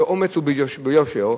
באומץ וביושר,